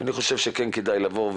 אני חושב שכן כדאי לבוא,